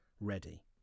ready